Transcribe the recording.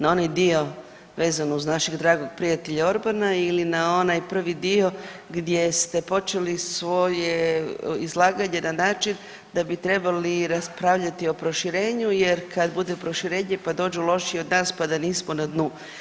Na onaj dio vezano uz našeg dragog prijatelja Orbana, ili na onaj prvi dio gdje ste počeli svoje izlaganje na način da bi trebali raspravljati o proširenju, jer kada bude proširenje pa dođu lošiji od nas pa da nismo na dnu.